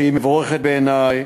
שהיא מבורכת בעיני,